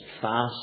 fast